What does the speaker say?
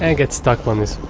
and get stuck on this.